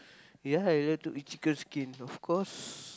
ya I like to eat chicken skin of course